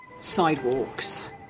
sidewalks